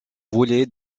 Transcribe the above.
voulait